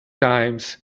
times